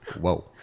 whoa